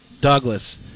Douglas